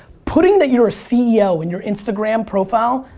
putting that you're a ceo in your instagram profile,